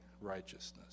righteousness